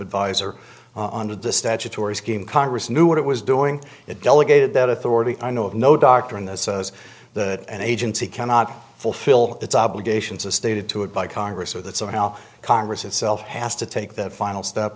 advisor on to the statutory scheme congress knew what it was doing it delegated that authority i know of no doctrine that says that an agency cannot fulfill its obligations as stated to it by congress so that so now congress itself has to take that final st